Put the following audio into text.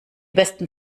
besten